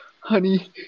honey